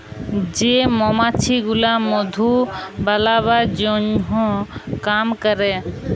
যে মমাছি গুলা মধু বালাবার জনহ কাম ক্যরে